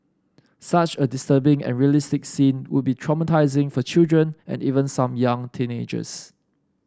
such a disturbing and realistic scene would be traumatising for children and even some young teenagers